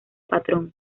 patrón